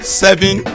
seven